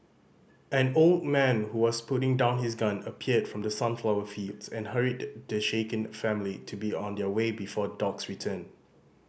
an old man who was putting down his gun appeared from the sunflower fields and hurried the shaken family to be on their way before dogs return